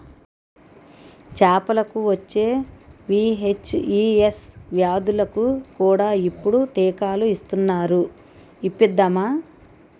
చేపలకు వచ్చే వీ.హెచ్.ఈ.ఎస్ వ్యాధులకు కూడా ఇప్పుడు టీకాలు ఇస్తునారు ఇప్పిద్దామా